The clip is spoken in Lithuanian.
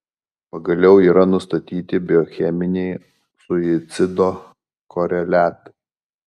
pagaliau yra nustatyti biocheminiai suicido koreliatai